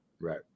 right